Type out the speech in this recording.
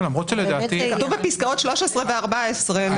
למרות שלדעתי --- כתוב בפסקאות 13 ו-14.